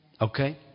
Okay